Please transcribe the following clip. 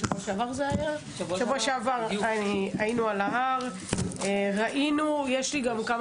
בשבוע שעבר היינו על ההר ויש לי כמה